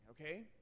okay